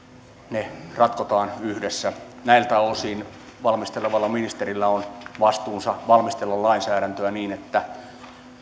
ratkotaan yhdessä näiltä osin valmistelevalla ministerillä on vastuunsa valmistella lainsäädäntöä niin että